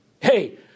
hey